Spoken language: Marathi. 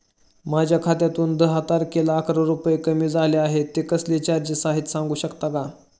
माझ्या खात्यातून दहा तारखेला अकरा रुपये कमी झाले आहेत ते कसले चार्जेस आहेत सांगू शकता का?